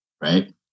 Right